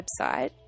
website